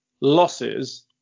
losses